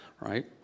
right